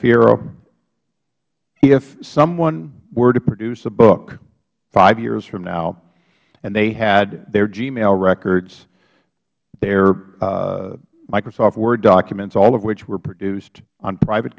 ferriero if someone were to produce a book five years from now and they had their gmail records their microsoft word documents all of which were produced on private